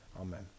Amen